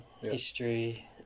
history